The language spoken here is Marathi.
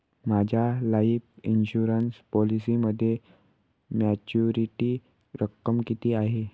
माझ्या लाईफ इन्शुरन्स पॉलिसीमध्ये मॅच्युरिटी रक्कम किती आहे?